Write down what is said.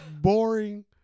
boring